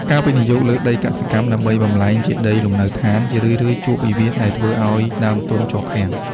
ការវិនិយោគលើដីកសិកម្មដើម្បីបំប្លែងជាដីលំនៅដ្ឋាន ជារឿយៗជួបវិវាទដែលធ្វើឱ្យដើមទុនជាប់គាំង។